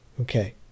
Okay